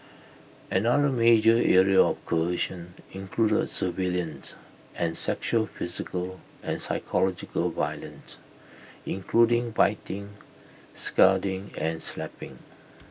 another major area coercion included surveillance and sexual physical and psychological violence including biting scalding and slapping